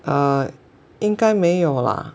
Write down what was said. err 应该没有啦